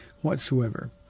whatsoever